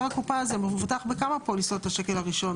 הקופה הזה מבוטח בכמה פוליסות השקל הראשון,